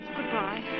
Goodbye